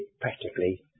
practically